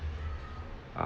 ah